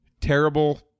Terrible